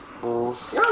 Bulls